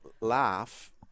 laugh